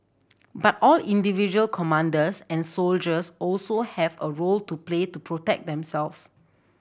but all individual commanders and soldiers also have a role to play to protect themselves